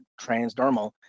transdermal